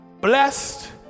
Blessed